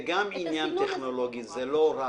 זה גם עניין טכנולוגי, זה לא רק.